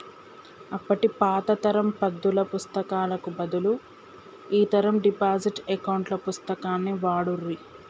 ఒకప్పటి పాత తరం పద్దుల పుస్తకాలకు బదులు ఈ తరం డిజిటల్ అకౌంట్ పుస్తకాన్ని వాడుర్రి